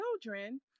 children